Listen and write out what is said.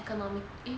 economy